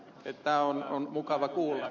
tämä on mukava kuulla